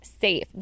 safe